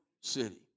City